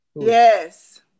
Yes